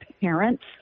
parents